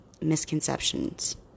misconceptions